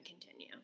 continue